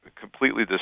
completely